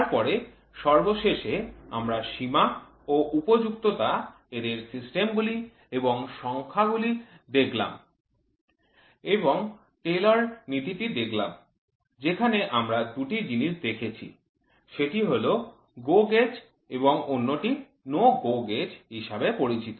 তারপরে সর্বশেষে আমরা সীমা ও উপযুক্ততা এদের সিস্টেমগুলি এবং সংজ্ঞাগুলি দেখলাম এবং টেলরস নীতিটি দেখলাম যেখানে আমরা দুটি জিনিস দেখেছি সেটি হল GO gauge এবং অন্যটি NO GO gauge হিসেবে পরিচিত